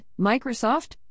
Microsoft